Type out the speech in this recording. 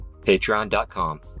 patreon.com